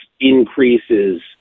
increases